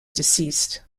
deceased